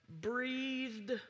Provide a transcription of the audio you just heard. breathed